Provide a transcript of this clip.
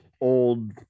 old